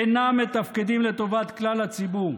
אינם מתפקדים לטובת כלל הציבור.